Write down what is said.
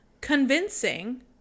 convincing